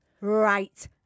right